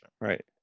Right